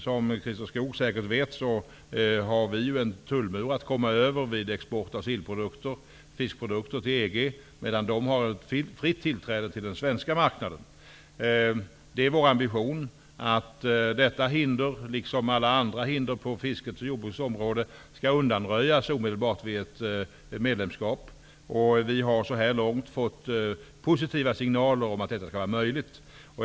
Som Christer Skoog säkert vet har vi en tullmur att komma över vid export av sillprodukter och fiskprodukter till EG. Samtidigt har EG-länderna ett fritt tillträde till den svenska marknaden. Vår ambition är att detta hinder liksom alla andra hinder på fiskets och jordbrukets område skall undanröjas omedelbart vid ett medlemskap i EG. Vi har fått positiva signaler om att detta skall vara möjligt.